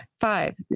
Five